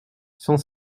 cent